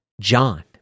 John